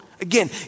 Again